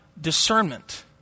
discernment